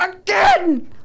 again